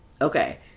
okay